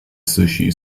sushi